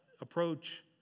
approach